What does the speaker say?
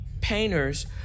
painters